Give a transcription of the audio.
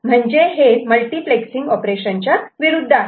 म्हणजे हे मल्टिप्लेक्ससिंग ऑपरेशनच्या विरुद्ध आहे